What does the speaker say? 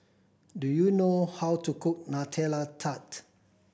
do you know how to cook Nutella Tart